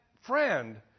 friend